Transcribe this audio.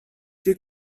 you